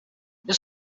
this